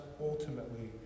ultimately